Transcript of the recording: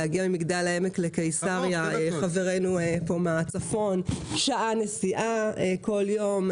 להגיע ממגדל העמק לקיסריה זה שעה נסיעה בכל יום.